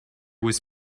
was